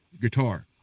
guitar